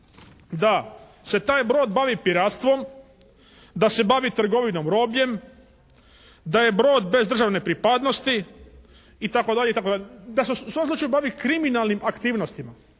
da se taj brod bavi piratstvom, da se bavi trgovinom robljem, da je brod bez državne pripadnosti itd. itd. da se u svakom slučaju bavi kriminalnim aktivnostima.